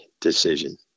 decision